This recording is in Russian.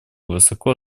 высоко